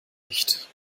nicht